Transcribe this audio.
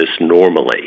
normally